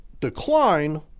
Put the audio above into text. decline